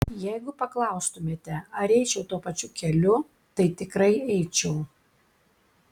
jeigu paklaustumėte ar eičiau tuo pačiu keliu tai tikrai eičiau